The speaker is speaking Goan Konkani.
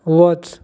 वच